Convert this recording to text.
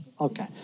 okay